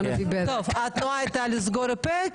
התנועה הייתה לסגור פה,